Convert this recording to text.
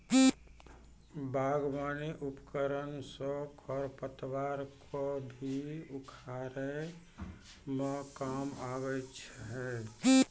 बागबानी उपकरन सँ खरपतवार क भी उखारै म काम आबै छै